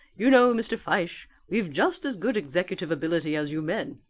you know, mr. fyshe, we've just as good executive ability as you men,